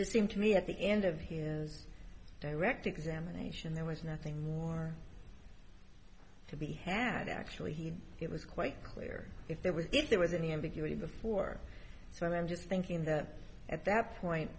just seemed to me at the end of his direct examination there was nothing more to be had actually it was quite clear if there was if there was any ambiguity before so i'm just thinking that at that point